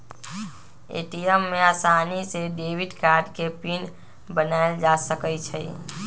ATM में आसानी से डेबिट कार्ड के पिन बनायल जा सकई छई